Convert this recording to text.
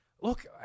Look